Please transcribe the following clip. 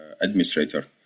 administrator